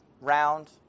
round